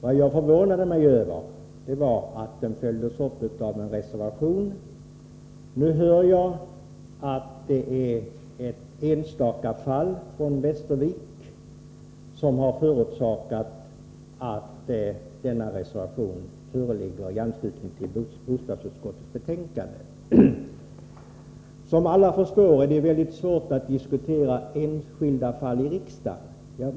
Vad jag förvånade mig över var att resonemanget följdes upp av en reservation. Nu hör jag att det är ett enstaka fall i Västervik som har förosakat att denna reservation föreligger i anslutning till bostadsutskottets betänkande. Som alla förstår är det väldigt svårt att diskutera enskilda fall i riksdagen.